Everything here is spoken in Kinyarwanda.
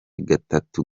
gatatu